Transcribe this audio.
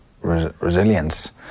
resilience